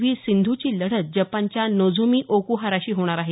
V सिंधूची लढत जपानच्या नोझोमी ओकुहाराशी होणार आहे